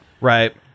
Right